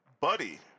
Buddy